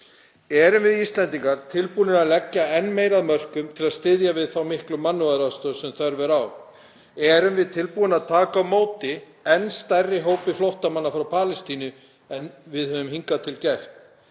Erum við Íslendingar tilbúnir að leggja enn meira af mörkum til að styðja við þá miklu mannúðaraðstoð sem þörf er á? Erum við tilbúin að taka á móti enn stærri hópi flóttamanna frá Palestínu en við höfum hingað til gert?